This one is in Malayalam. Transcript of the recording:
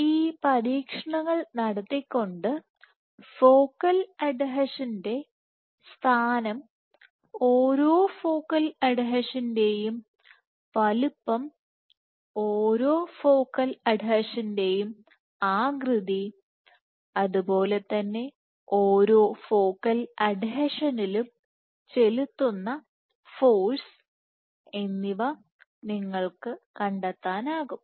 ഈ പരീക്ഷണങ്ങൾ നടത്തിക്കൊണ്ട് ഫോക്കൽ അഡ്ഹീഷന്റെ സ്ഥാനം ഓരോ ഫോക്കൽ അഡ്ഹീഷന്റെയും വലുപ്പം ഓരോ ഫോക്കൽ അഡ്ഹീഷന്റെയും ആകൃതി അതുപോലെ തന്നെ ഓരോ ഫോക്കൽ അഡ്ഹീഷനിലും ചെലുത്തുന്ന ഫോഴ്സ് നിങ്ങൾക്ക് കണ്ടെത്താനാകും